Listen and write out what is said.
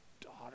daughter